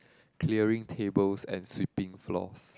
clearing tables and sweeping floors